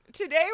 Today